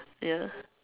ya